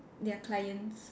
their clients